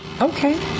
okay